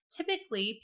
Typically